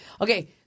Okay